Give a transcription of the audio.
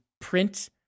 print